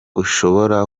ushobora